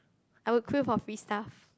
I would queue for free stuff